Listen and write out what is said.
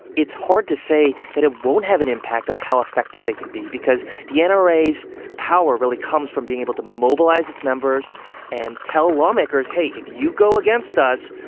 it's hard to say that it won't have an impact on how effective they can be because the and nra's power really comes from being able to mobilize its members and tell lawmakers, hey, if you go against us,